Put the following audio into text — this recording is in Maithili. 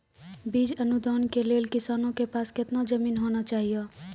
बीज अनुदान के लेल किसानों के पास केतना जमीन होना चहियों?